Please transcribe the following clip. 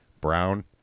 brown